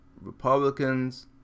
Republicans